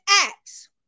Acts